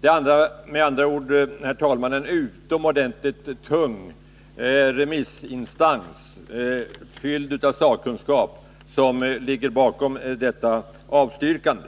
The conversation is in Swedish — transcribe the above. Det är med andra ord, herr talman, en utomordentligt tung remissinstans, fylld av sakkunskap, som ligger bakom detta avstyrkande.